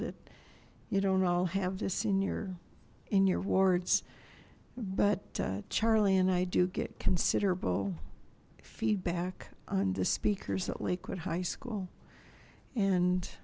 that you don't all have this in your in your wards but charlie and i do get considerable feedback on the speakers at lakewood high school